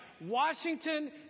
Washington